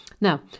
Now